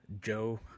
Joe